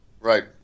Right